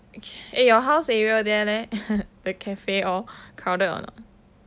eh your house area there leh the cafe all crowded or not